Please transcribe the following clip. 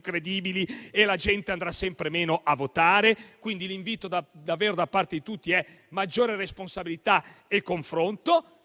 credibili e la gente andrà sempre meno a votare. Quindi, l'invito davvero rivolto a tutti è a una maggiore responsabilità e al confronto.